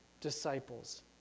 disciples